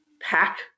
pack